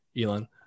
Elon